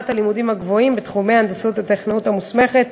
הלימודים הגבוהים בתחומי ההנדסאות והטכנאות המוסמכת.